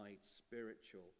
spiritual